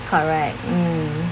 correct mm